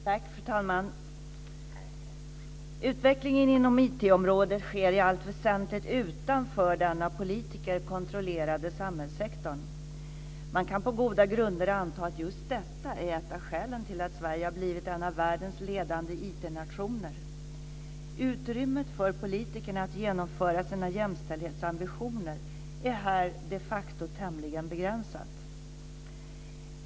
Fru talman! Utvecklingen inom IT-området sker i allt väsentligt utanför den av politiker kontrollerade samhällssektorn. Man kan på goda grunder anta att just detta är ett av skälen till att Sverige har blivit en av världens ledande IT-nationer. Utrymmet för politikerna att genomföra sina jämställdhetsambitioner är här de facto tämligen begränsat.